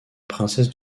princesse